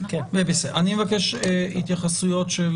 אני מבקש התייחסות של